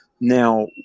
Now